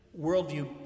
worldview